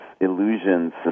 illusions